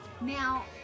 Now